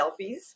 selfies